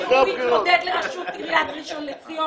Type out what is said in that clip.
שצריך להקדים עליהן את הדיון הרבה יותר מזה כמו לדוגמה סוגית